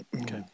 okay